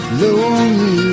lonely